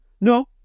No